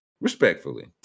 Respectfully